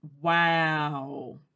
Wow